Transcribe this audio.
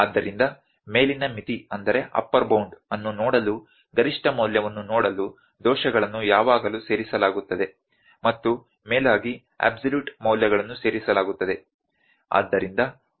ಆದ್ದರಿಂದ ಮೇಲಿನ ಮಿತಿ ಅನ್ನು ನೋಡಲು ಗರಿಷ್ಠ ಮೌಲ್ಯವನ್ನು ನೋಡಲು ದೋಷಗಳನ್ನು ಯಾವಾಗಲೂ ಸೇರಿಸಲಾಗುತ್ತದೆ ಮತ್ತು ಮೇಲಾಗಿ ಅಬ್ಸಲ್ಯೂಟ್ ಮೌಲ್ಯಗಳನ್ನು ಸೇರಿಸಲಾಗುತ್ತದೆ